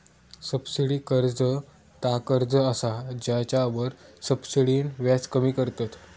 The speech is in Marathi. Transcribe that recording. सब्सिडी कर्ज ता कर्ज असा जेच्यावर सब्सिडीन व्याज कमी करतत